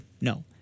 no